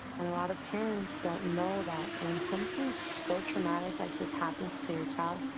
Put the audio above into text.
and a lot of parents don't know that when something so traumatic like this happens to your child,